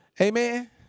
Amen